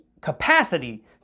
capacity